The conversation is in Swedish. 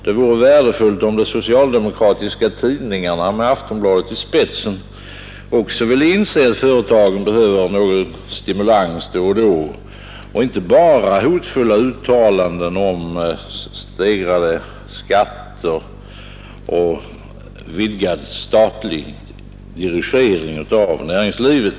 Det vore värdefullt, om de socialdemokratiska tidningarna med Aftonbladet i spetsen också ville inse att företagen behöver någon stimulans då och då och inte bara hotfulla uttalanden om stegrade skatter och vidgad statlig dirigering av näringslivet.